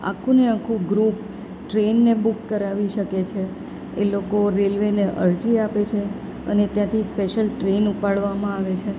આખું ને આખું ગ્રુપ ટ્રેનને બુક કરાવી શકે છે એ લોકો રેલવેને અરજી આપે છે અને ત્યાંથી સ્પેશલ ટ્રેન ઉપાડવામાં આવે છે